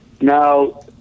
Now